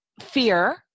fear